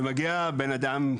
כשמגיע בן אדם,